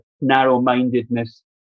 narrow-mindedness